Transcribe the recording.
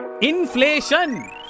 Inflation